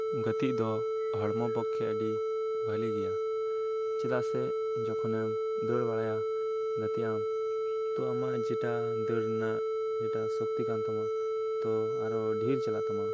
ᱜᱟᱛᱮᱜ ᱫᱚ ᱦᱚᱲᱢᱚ ᱯᱚᱠᱠᱷᱮ ᱟᱹᱰᱤ ᱵᱷᱟᱹᱞᱤ ᱜᱮᱭᱟ ᱪᱮᱫᱟᱜ ᱥᱮ ᱡᱚᱠᱷᱚᱱᱮᱢ ᱫᱟᱹᱲ ᱵᱟᱲᱟᱭᱟ ᱜᱟᱛᱮᱜ ᱟᱢ ᱛᱚ ᱟᱢᱟᱜ ᱡᱮᱴᱟ ᱫᱟᱹᱲ ᱨᱮᱭᱟᱜ ᱡᱮᱴᱟ ᱥᱚᱠᱛᱤ ᱠᱟᱱ ᱛᱟᱢᱟ ᱛᱚ ᱟᱨᱚ ᱰᱷᱮᱨ ᱪᱟᱞᱟᱜ ᱛᱟᱢᱟ